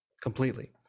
completely